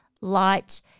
light